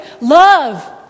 Love